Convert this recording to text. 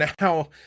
Now